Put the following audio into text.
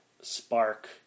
spark